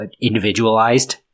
individualized